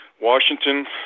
Washington